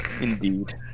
Indeed